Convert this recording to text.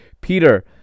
Peter